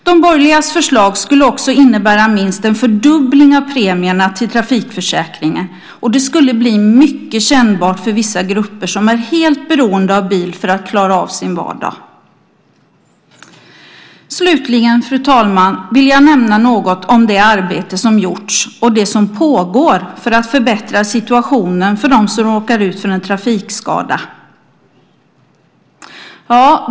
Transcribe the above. De borgerligas förslag skulle också innebära minst en fördubbling av premierna till trafikförsäkringen. Det skulle bli mycket kännbart för vissa grupper som är helt beroende av bil för att klara av sin vardag. Slutligen, fru talman, vill jag nämna något om det arbete som gjorts och det som pågår för att förbättra situationen för dem som råkar ut för en trafikskada.